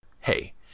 Hey